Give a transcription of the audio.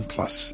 Plus